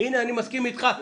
הנה אני מסכים איתך,